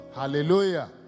hallelujah